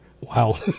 Wow